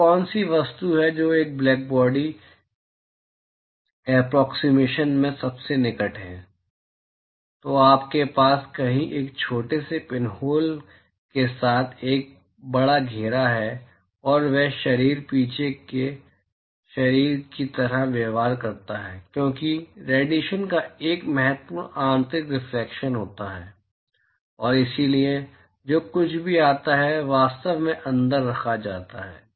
वह कौन सी वस्तु है जो एक ब्लैकबॉडी एप्रोक्सिमेशन के सबसे निकट है तो आपके पास कहीं एक छोटे से पिनहोल के साथ एक बड़ा घेरा है और वह शरीर पीछे के शरीर की तरह व्यवहार करता है क्योंकि रेडिएशन का एक महत्वपूर्ण आंतरिक रिफ्लेक्शन होता है और इसलिए जो कुछ भी आता है वह वास्तव में अंदर रखा जाता है